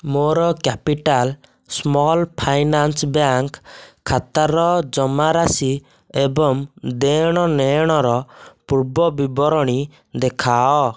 ମୋର capital small finance bank ଖାତାର ଜମାରାଶି ଏବଂ ଦେଣନେଣର ପୂର୍ବବିବରଣୀ ଦେଖାଅ